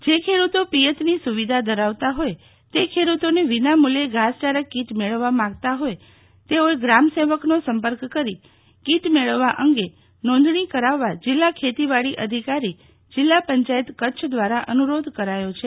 જે ખેડૂતો પિયતની સુવિધા ધરાવતા જોય તે ખેડૂતોને વિનામૂલ્ચેલ ધાસચારા કિટ મેળવવા માંગતા ફોય તેઓએ ગ્રામસેવકનો સંપર્ક કરી કિટ મેળવવા અંગે નોંધણી કરાવવા જિલ્લાે ખેતીવાડી અધિકારી જિલ્લાક પંચાયત કચ્છે દ્વારા અનુરોધ કરાયો છે